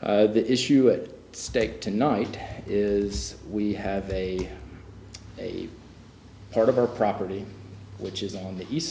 the issue it stake tonight is we have a part of our property which is on the east